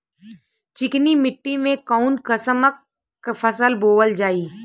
चिकनी मिट्टी में कऊन कसमक फसल बोवल जाई?